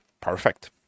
Perfect